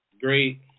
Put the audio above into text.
great